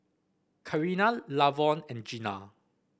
Karina Lavon and Gina